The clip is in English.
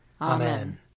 Amen